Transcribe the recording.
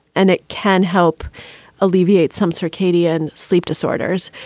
and it can help alleviate some circadian sleep disorders.